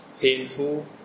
painful